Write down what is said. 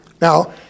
Now